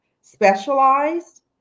specialized